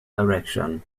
direction